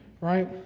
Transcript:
right